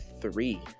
three